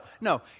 no